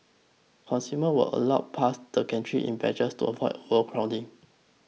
consumer were allowed past the gantries in batches to avoid overcrowding